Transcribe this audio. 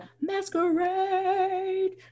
masquerade